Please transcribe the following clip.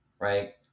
Right